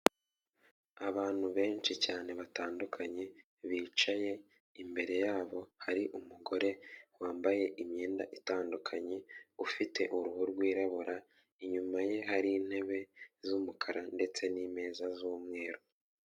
Abantu benshi cyane batandukanye, bicaye, imbere yabo hari umugore wambaye imyenda itandukanye, ufite uruhu rwirabura, inyuma ye hari intebe z'umukara ndetse n'imeza z'umweru.